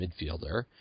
midfielder